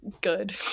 good